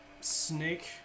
snake